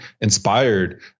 inspired